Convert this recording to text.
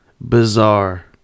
bizarre